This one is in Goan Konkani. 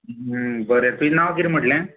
बरें तुजी नांव किदें म्हटलें